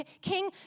King